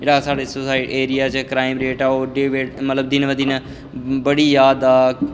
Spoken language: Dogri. जेह्ड़ा साढ़े एरिया च क्राईम रेट ऐ ओह् दिन व दिन बधी जा'रदा